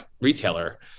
retailer